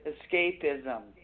Escapism